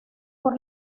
por